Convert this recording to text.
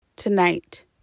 Tonight